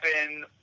Happen